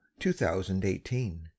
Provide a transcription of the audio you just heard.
2018